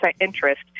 interest